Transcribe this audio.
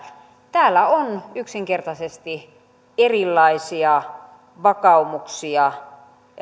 täällä on yksinkertaisesti erilaisia vakaumuksia